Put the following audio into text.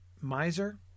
miser